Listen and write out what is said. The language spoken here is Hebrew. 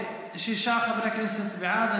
שישה חברי כנסת בעד.